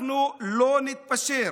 אנחנו לא נתפשר